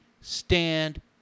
Stand